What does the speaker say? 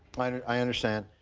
i understand.